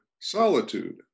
solitude